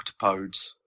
octopodes